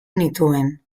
nituen